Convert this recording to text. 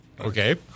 Okay